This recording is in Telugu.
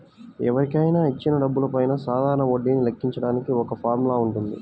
ఎవరికైనా ఇచ్చిన డబ్బులపైన సాధారణ వడ్డీని లెక్కించడానికి ఒక ఫార్ములా వుంటది